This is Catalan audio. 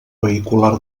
vehicular